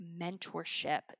mentorship